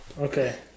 Okay